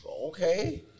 Okay